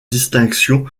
distinctions